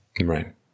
right